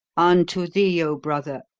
unto thee, oh, brother!